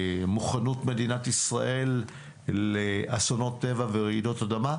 מוכנות מדינת ישראל לאסונות טבע ורעידות אדמה.